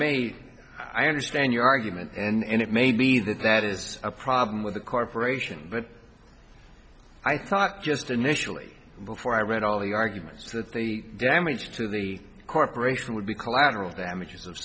made i understand your argument and it may be that that is a problem with the corporation but i thought just initially before i read all the arguments that the damage to the corporation would be collateral damages of